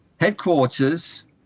Headquarters